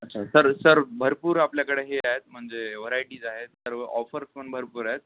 अच्छा तर सर भरपूर आपल्याकडे हे आहेत म्हणजे व्हरायटीज आहेत सर्व ऑफर्स पण भरपूर आहेत